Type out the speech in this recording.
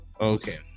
Okay